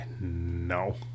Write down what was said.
no